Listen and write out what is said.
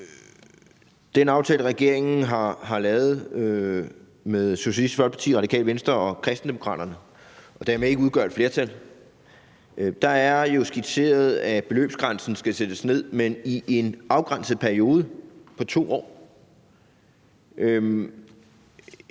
den aftale, regeringen har lavet med Socialistisk Folkeparti, Radikale Venstre og Kristendemokraterne – som dermed ikke udgør et flertal – er det jo skitseret, at beløbsgrænsen skal sættes ned, men i en afgrænset periode på 2 år.